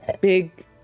Big